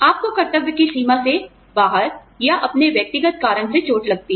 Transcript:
आपको कर्तव्य सीमा से बाहर या अपने व्यक्तिगत कारण से चोट लगती है